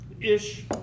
ish